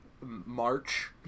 March